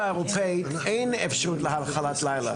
האירופאית אין אפשרות להאכלת לילה.